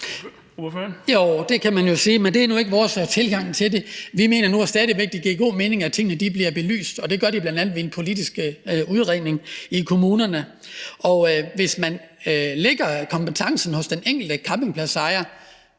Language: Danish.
Det kan man jo sige, men det er nu ikke vores tilgang til det. Vi mener stadig væk, at det giver god mening, at tingene bliver belyst. Det gør de bl.a. i en politisk udredning i kommunerne. Hvis man lægger kompetencen hos den enkelte campingpladsejer,